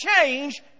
change